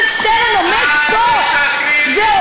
חבר הכנסת שטרן עומד פה ואומר: